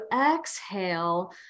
exhale